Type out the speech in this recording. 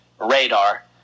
radar